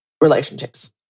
relationships